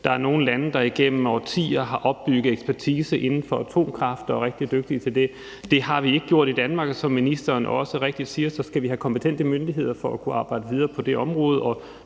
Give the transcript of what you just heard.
Der er nogle lande, der igennem årtier har opbygget ekspertise inden for atomkraft og er rigtig dygtige til det. Det har vi ikke gjort i Danmark, og som ministeren også rigtigt siger, skal vi have kompetente myndigheder for at kunne arbejde videre på det område,